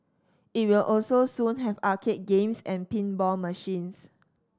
it will also soon have arcade games and pinball machines